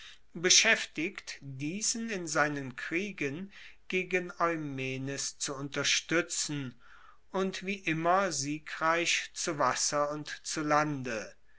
beschaeftigt diesen in seinen kriegen gegen eumenes zu unterstuetzen und wie immer siegreich zu wasser und zu lande